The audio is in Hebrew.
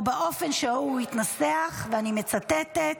או באופן שהוא התנסח, ואני מצטטת: